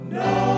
no